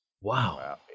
Wow